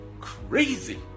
crazy